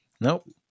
Nope